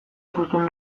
ikusten